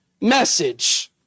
message